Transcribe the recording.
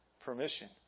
permission